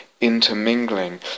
intermingling